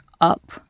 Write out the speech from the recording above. up